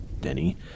Denny